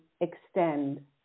extend